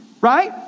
right